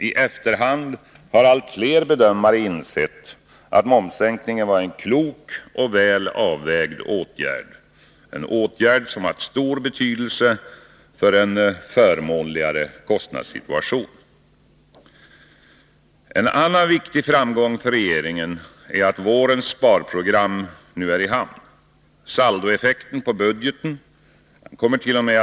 I efterhand har allt fler bedömare insett att momssänkningen var en klok och väl avvägd åtgärd, som haft stor betydelse för en förmånligare kostnadssituation. En annan viktig framgång för regeringen är att vårens sparprogram nu är i hamn. Saldoeffekten på budgeten kommert.o.m.